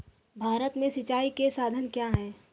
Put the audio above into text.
भारत में सिंचाई के साधन क्या है?